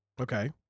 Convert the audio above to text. Okay